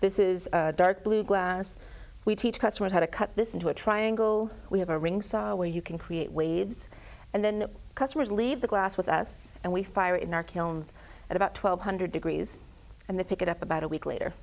this is dark blue glass we teach customers how to cut this into a triangle we have a ring saw where you can create waves and then customers leave the glass with us and we fire in our kiln at about twelve hundred degrees and they pick it up about a week later